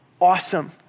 awesome